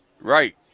Right